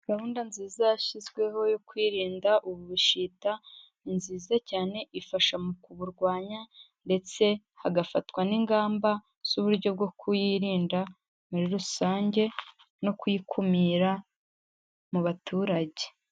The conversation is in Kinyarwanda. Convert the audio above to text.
Gahunda nziza yashyizweho yo kwirinda ubushita, ni nziza cyane ifasha mu kuburwanya ndetse hagafatwa n'ingamba z'uburyo bwo kuyirinda muri rusange no kuyikumira mu baturage.